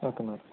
okay madam